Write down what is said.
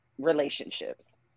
relationships